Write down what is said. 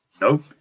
Nope